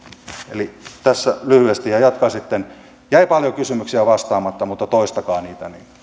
tässä lyhyesti ja jatkan sitten jäi paljon kysymyksiä vastaamatta mutta toistakaa niitä niin